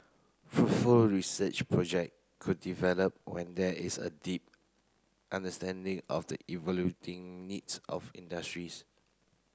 fruitful research project could develop when there is a deep understanding of the needs of industries